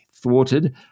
Thwarted